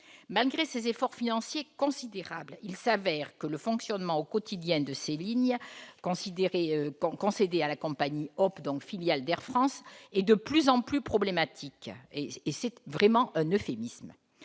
Malgré ces efforts financiers considérables, il s'avère que le fonctionnement quotidien de ces lignes, considérées comme concédées à la compagnie Hop !, filiale d'Air France, est de plus en plus problématique- c'est un euphémisme